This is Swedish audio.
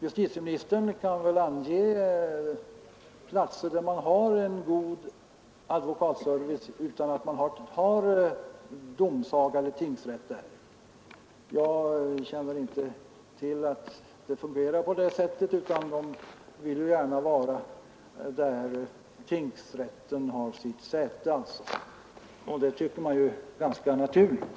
Justitieministern kan väl ange någon plats där man har en god advokatservice utan att man har domsaga eller tingsrätt. Jag känner inte till att det fungerar på det sättet; advokaterna vill gärna ha sin verksamhet där tingsrätten har sitt säte, och det tycker jag är naturligt.